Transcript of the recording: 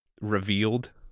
revealed